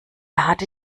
hatte